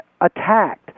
attacked